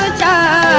ah da